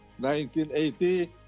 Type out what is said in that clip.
1980